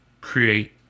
create